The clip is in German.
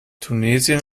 tunesien